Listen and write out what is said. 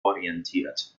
orientiert